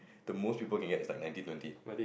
the most people can get is like nineteen twenty